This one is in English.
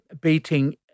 beating